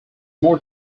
more